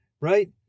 Right